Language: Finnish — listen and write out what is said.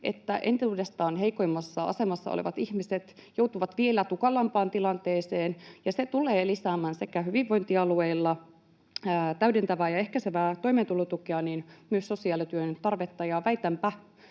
että entuudestaan heikoimmassa asemassa olevat ihmiset joutuvat vielä tukalampaan tilanteeseen. Ja se tulee lisäämään hyvinvointialueilla sekä täydentävää ja ehkäisevää toimeentulotukea että myös sosiaalityön tarvetta, ja väitänpä,